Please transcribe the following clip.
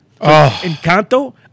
Encanto